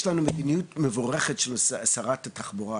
לנו מדיניות מבורכת של שרת התחבורה,